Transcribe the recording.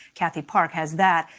kathy park has that.